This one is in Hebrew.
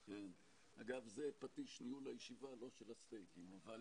אגב, זה פטיש ניהול הישיבה ולא של הסטייקים...